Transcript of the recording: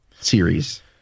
series